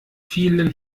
vielen